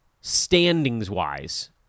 standings-wise